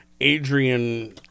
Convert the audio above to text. Adrian